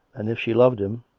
and if she loved him,